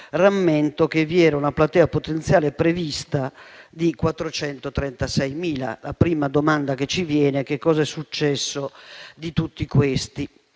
che vi era una platea potenziale prevista di 436.000 lavoratori. La prima domanda che ci viene in mente è cosa sia successo di tutti questi.